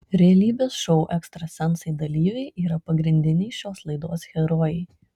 realybės šou ekstrasensai dalyviai yra pagrindiniai šios laidos herojai